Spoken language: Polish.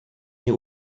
nie